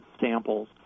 samples